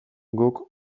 guk